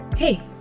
Hey